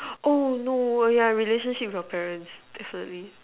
oh no yeah relationship with your parents definitely